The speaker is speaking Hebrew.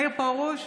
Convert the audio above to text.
מאיר פרוש,